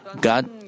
God